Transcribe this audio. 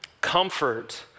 Comfort